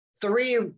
three